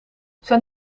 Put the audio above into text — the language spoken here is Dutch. zijn